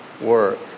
work